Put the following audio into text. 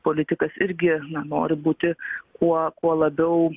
politikas irgi na nori būti kuo kuo labiau